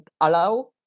allow